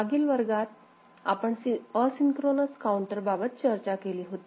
मागील वर्गात मध्ये आपण असिंक्रोनस काउंटर बाबत चर्चा केली होती